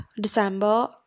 December